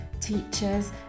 teachers